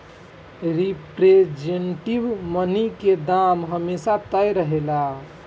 representative money के दाम हमेशा तय रहेला